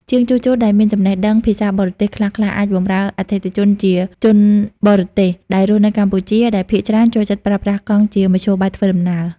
ជាងជួសជុលដែលមានចំណេះដឹងភាសាបរទេសខ្លះៗ អាចបម្រើអតិថិជនជាជនបរទេសដែលរស់នៅកម្ពុជា ដែលភាគច្រើនចូលចិត្តប្រើប្រាស់កង់ជាមធ្យោបាយធ្វើដំណើរ។